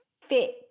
fit